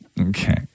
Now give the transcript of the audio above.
okay